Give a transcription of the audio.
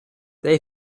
they